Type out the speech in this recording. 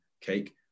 cake